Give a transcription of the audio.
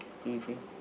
true true